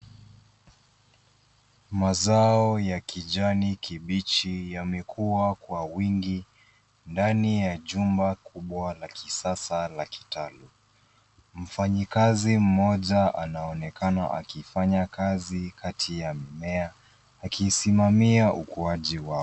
Mazao ya kijani kibichi yamekua kwa uwingi ndani ya jumba kubwa la kisasa la kitalu. Mfanyikazi mmoja anaonekana akifanya kazi katikati ya mimea akisimama ukuaji wao.